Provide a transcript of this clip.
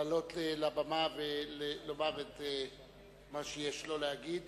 לעלות לבמה ולומר את מה שיש לו להגיד.